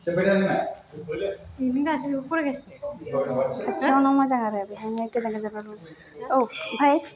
खाथियावनो मोजां आरो बेहायनो गोजान गोजान